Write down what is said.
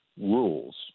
rules